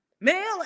male